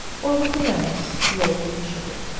or with a lemon rolled in the sugar.